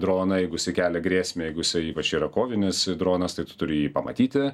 droną jeigu jisai kelia grėsmę jeigu jisai ypač yra kovinis dronas tai turi jį pamatyti